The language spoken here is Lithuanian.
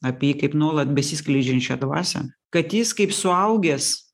apie jį kaip nuolat besiskleidžiančią dvasią kad jis kaip suaugęs